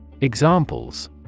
Examples